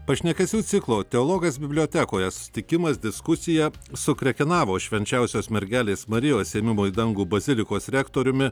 pašnekesių ciklo teologas bibliotekoje susitikimas diskusija su krekenavos švenčiausios mergelės marijos ėmimo į dangų bazilikos rektoriumi